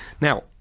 Now